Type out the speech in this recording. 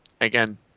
Again